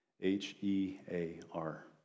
H-E-A-R